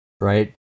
right